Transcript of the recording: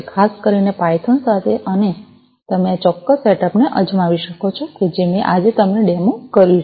ખાસ કરીને પાયથોન સાથે અને તમે આ ચોક્કસ સેટઅપ ને અજમાવી શકો છો જે મેં આજે તમને ડેમો કર્યું છે